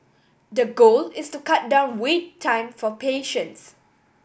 the goal is to cut down wait time for patients